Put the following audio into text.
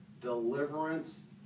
deliverance